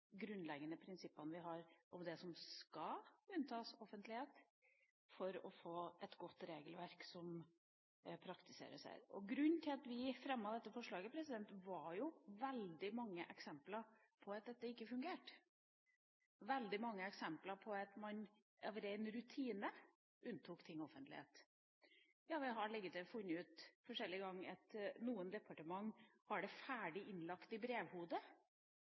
grunnleggende prinsippene man har om det som skal unntas offentlighet, for å få et godt regelverk som praktiseres. Grunnen til at vi fremmet dette forslaget, var veldig mange eksempler på at dette ikke fungerte, veldig mange eksempler på at man av ren rutine unntok ting offentlighet. Vi har til og med funnet eksempel på at noen departementer har det ferdig innlagt i brevhodet